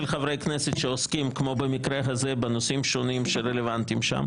של חברי כנסת שעוסקים בנושאים הרלוונטיים לה.